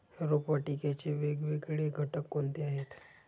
रोपवाटिकेचे वेगवेगळे घटक कोणते आहेत?